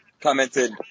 commented